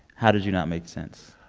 how did you not make sense.